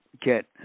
get